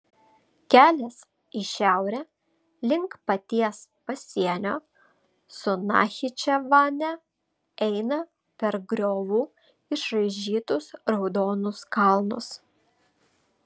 kelias į šiaurę link paties pasienio su nachičevane eina per griovų išraižytus raudonus kalnus